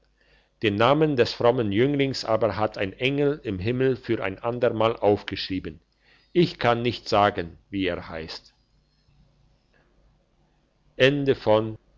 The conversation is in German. den namen des frommen jünglings aber hat ein engel im himmel für ein ander mal aufgeschrieben ich kann nicht sagen wie er heisst